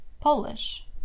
Polish